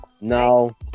No